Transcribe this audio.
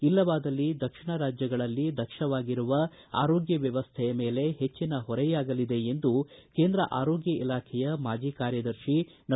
ಇಲ್ಲವಾದಲ್ಲಿ ದಕ್ಷಿಣ ರಾಜ್ಯಗಳಲ್ಲಿ ದಕ್ಷವಾಗಿರುವ ಆರೋಗ್ಯ ವ್ಯವಸ್ಥೆಯ ಮೇಲೆ ಹೆಚ್ಚನ ಹೊರೆಯಾಗಲಿದೆ ಎಂದು ಕೇಂದ್ರ ಆರೋಗ್ಯ ಇಲಾಖೆಯ ಮಾಜಿ ಕಾರ್ಯದರ್ಶಿ ಡಾ